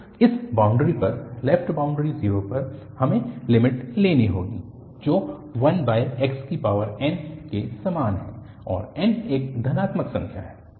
तो इस बाउन्ड्री पर लेफ्ट बाउन्ड्री 0 पर हमें लिमिट लेनी होगी जो 1xn के समान है और n एक धनात्मक संख्या है